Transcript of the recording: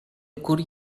curt